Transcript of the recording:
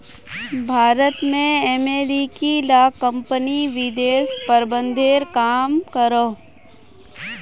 भारत में अमेरिकी ला कम्पनी निवेश प्रबंधनेर काम करोह